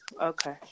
Okay